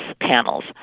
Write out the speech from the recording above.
panels